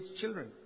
children